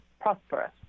prosperous